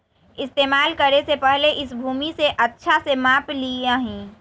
इस्तेमाल करे से पहले इस भूमि के अच्छा से माप ली यहीं